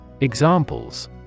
Examples